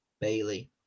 Bailey